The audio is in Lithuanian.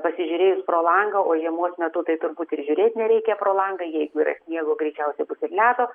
pasižiūrėjus pro langą o žiemos metu tai turbūt ir žiūrėt nereikia pro langą jeigu yra sniego greičiausiai bus ir ledo